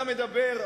אתה מדבר,